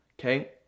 Okay